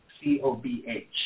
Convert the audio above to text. C-O-B-H